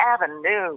Avenue